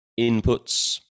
inputs